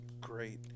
great